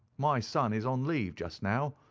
my son is on leave just now,